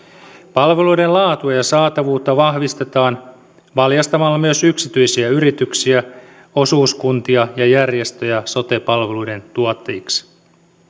palveluiden laatua ja saatavuutta vahvistetaan valjastamalla myös yksityisiä yrityksiä osuuskuntia ja järjestöjä sote palveluiden tuottajiksi